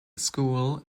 school